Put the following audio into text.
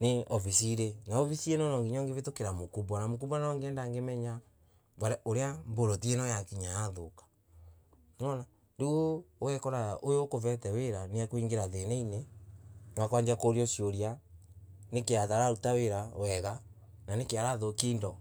ni ovisiria, na ovisi ano nanginya ongivatukara mkubwa na mkubwa na nginya angiendamenya oria bolt ano yaki yathoka, okora oyo okorete wira niakwanjia koingara thanainay wa kwanjia korio soria nakay atararuta na hiki arathokia indo.